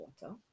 water